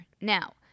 Now